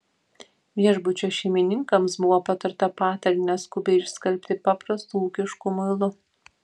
viešbučio šeimininkams buvo patarta patalynę skubiai išskalbti paprastu ūkišku muilu